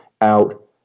out